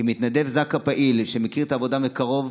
כמתנדב זק"א פעיל, שמכיר את העבודה מקרוב,